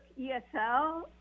ESL